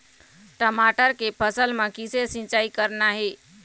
टमाटर के फसल म किसे सिचाई करना ये?